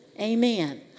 Amen